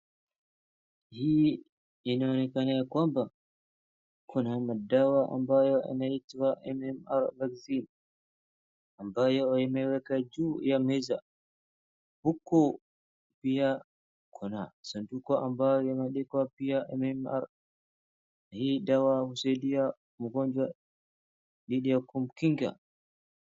Kuna dawa ambayo imeekwa juu ya meza na sanduku ya dawa.